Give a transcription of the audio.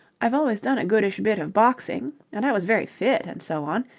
i've always done a goodish bit of boxing and i was very fit and so on,